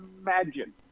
imagine